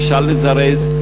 אפשר לזרז,